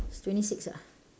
he's twenty six ah